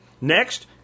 Next